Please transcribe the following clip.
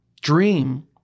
dream